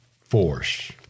force